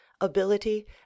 ability